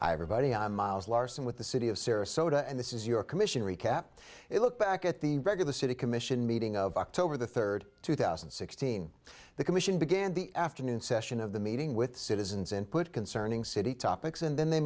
everybody i'm miles larson with the city of sarasota and this is your commission recap it look back at the regular city commission meeting of october the third two thousand and sixteen the commission began the afternoon session of the meeting with citizens and put concerning city topics and then